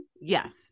Yes